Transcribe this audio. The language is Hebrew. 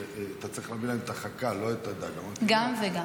אתה צריך להביא להם את החכה לא את הדג -- גם וגם.